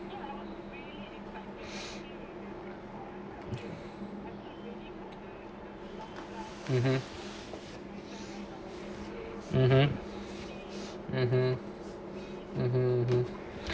mmhmm mmhmm mmhmm mmhmm mmhmm